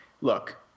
look